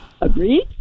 Agreed